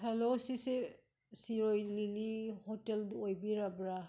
hello ꯁꯤꯁꯦ ꯁꯤꯔꯣꯏ ꯂꯤꯂꯤ ꯍꯣꯇꯦꯜꯗꯨ ꯑꯣꯏꯕꯤꯔꯕ꯭ꯔꯥ